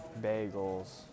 bagels